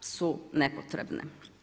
su nepotrebne.